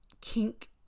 kink